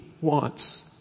wants